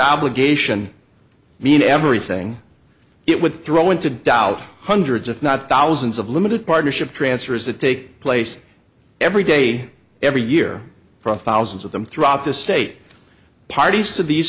obligation mean everything it would throw into doubt hundreds if not thousands of limited partnership transfers that take place every day every year from thousands of them throughout the state parties to these